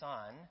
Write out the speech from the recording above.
Son